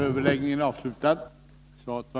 Herr talman!